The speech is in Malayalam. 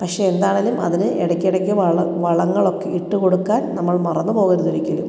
പക്ഷേ എന്താണേലും അതിന് ഇടക്കിടക്ക് വള വളങ്ങൾ ഒക്കെ ഇട്ട് കൊടുക്കാൻ നമ്മൾ മറന്ന് പോകരുത് ഒരിക്കലും